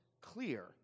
clear